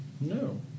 No